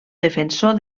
defensor